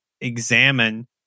examine